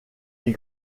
est